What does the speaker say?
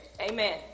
Amen